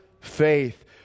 faith